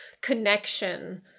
connection